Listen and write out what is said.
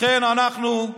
לכן אנחנו,